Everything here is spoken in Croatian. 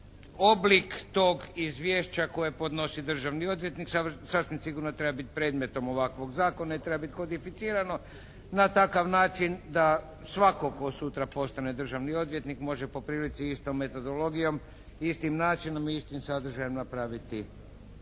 Oblik tog izvješća koje podnosi državni odvjetnik sasvim sigurno treba biti predmetom ovakvog zakona i treba biti kodificirano na takav način da svatko tko sutra postane državni odvjetnik može po prilici istom metodologijom, istim načinom i istim sadržajem napraviti